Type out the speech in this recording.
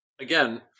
again